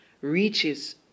reaches